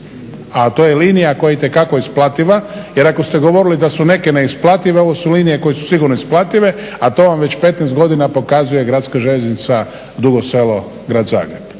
A to je linija koja je itekako isplativa jer ako ste govorili da su neke neisplative ovo su linije koje su sigurno isplative, a to vam već 15 godina pokazuje gradska željeznica Dugo Selo-Grad Zagreb